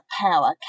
power